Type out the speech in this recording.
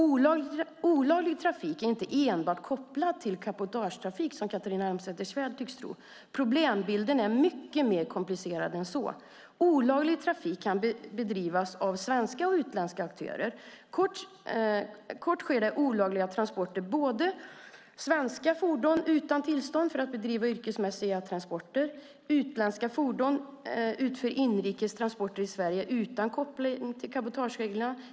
Olaglig trafik är inte enbart kopplad till cabotagetrafik, som Catharina Elmsäter-Svärd tycks tro. Problembilden är mycket mer komplicerad än så. Olaglig trafik kan bedrivas av svenska och utländska aktörer. Det sker olagliga transporter både där svenska fordon utan tillstånd bedriver yrkesmässiga transporter och där utländska fordon utför inrikes transporter i Sverige utan koppling till cabotagereglerna.